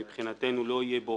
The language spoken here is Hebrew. שמבחינתנו לא יהיה בו